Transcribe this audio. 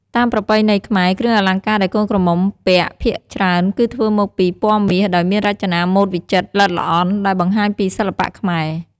តាមប្រពៃណីខ្មែរ គ្រឿងអលង្ការដែលកូនក្រមុំពាក់ភាគច្រើនគឺធ្វើមកពី ពណ៌មាស ដោយមានរចនាម៉ូដវិចិត្រ ល្អិតល្អន់ ដែលបង្ហាញពីសិល្បៈខ្មែរ។